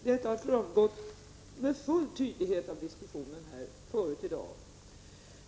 Detta har framgått med full tydlighet av diskussionen förut i dag.